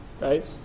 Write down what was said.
right